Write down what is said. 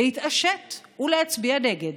להתעשת ולהצביע נגד.